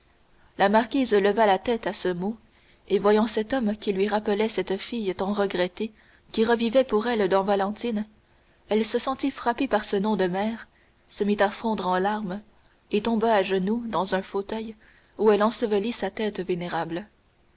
la marquise leva la tête à ce mot et voyant cet homme qui lui rappelait cette fille tant regrettée qui revivait pour elle dans valentine elle se sentit frappée par ce nom de mère se mit à fondre en larmes et tomba à genoux dans un fauteuil où elle ensevelit sa tête vénérable